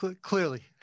clearly